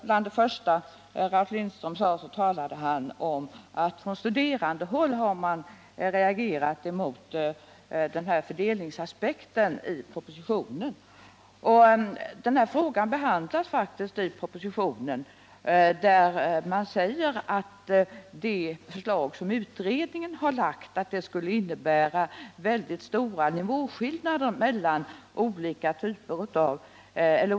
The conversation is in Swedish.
Bland det första Ralf Lindström sade var att man på studerandehåll har reagerat mot fördelningsaspekten i propositionen. Den här frågan behandlas faktiskt i propositionen, där det sägs att det förslag som utredningen har lagt fram skulle innebära väldiga nivåskillnader mellan olika grupper av elever.